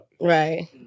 Right